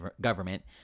government